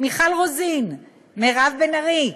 מיכל רוזין, מירב בן ארי,